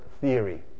theory